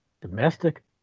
domestic